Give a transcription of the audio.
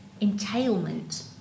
entailment